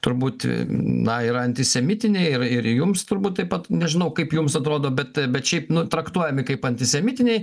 turbūt na yra antisemitiniai ir ir jums turbūt taip pat nežinau kaip jums atrodo bet bet šiaip nu traktuojami kaip antisemitiniai